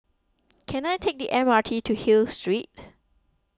can I take the M R T to Hill Street